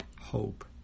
hope